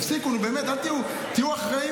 תפסיקו, נו, באמת, אל תהיו, תהיו אחראים.